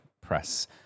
press